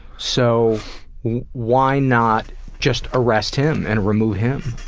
so why not just arrest him and remove him?